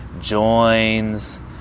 joins